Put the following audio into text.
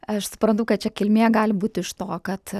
aš suprantu kad čia kilmė gali būti iš to kad